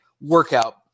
workout